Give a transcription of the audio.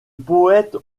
poète